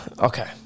okay